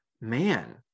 man